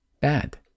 bad